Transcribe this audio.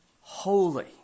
Holy